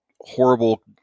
horrible